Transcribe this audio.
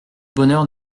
bonheur